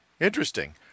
Interesting